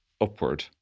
upward